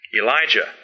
Elijah